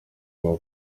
bwo